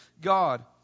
God